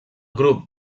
grup